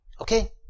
Okay